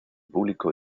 público